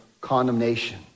condemnation